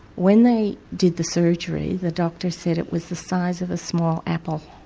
when they did the surgery the doctor said it was the size of a small apple.